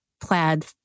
plaid